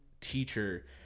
teacher